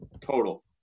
total